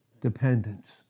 dependence